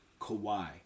Kawhi